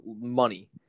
money